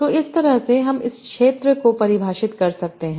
तो इस तरह से हम इस क्षेत्र को परिभाषित कर सकते हैं